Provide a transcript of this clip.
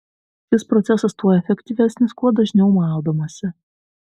šis procesas tuo efektyvesnis kuo dažniau maudomasi